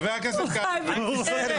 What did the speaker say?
חבר הכנסת קרעי, בבקשה.